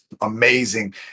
amazing